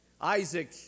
Isaac